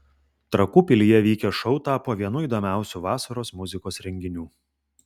trakų pilyje vykęs šou tapo vienu įdomiausių vasaros muzikos renginių